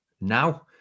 now